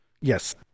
Yes